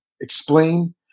explain